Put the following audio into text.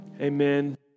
amen